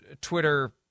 twitter